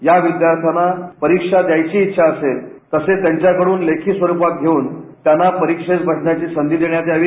या विद्यार्थ्यांना परीक्षा द्यायची इच्छा असेल तसेच त्यांच्याकडून लेखी स्वरूपात देऊन त्यांना परीक्षेस बसण्याची संधी देण्यात यावी